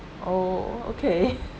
oh okay